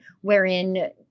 wherein